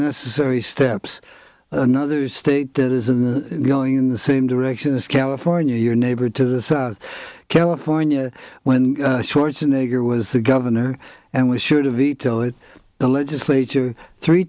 unnecessary steps nother state that isn't going in the same direction as california your neighbor to the south california when schwarzenegger was the governor and we should have veto it the legislature three